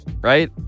Right